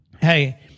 Hey